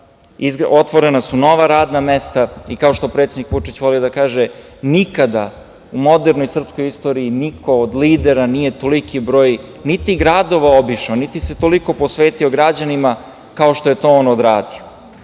otvorena su nova radna mesta i kao što predsednik Vučić voli da kaže – nikada u modernoj srpskoj istoriji niko od lidera nije toliki broj ni gradova obišao, nije se toliko posvetio građanima, kao što je to on odradio. Kažem